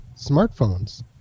smartphones